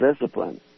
discipline